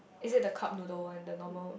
it is the cup noodle one the normal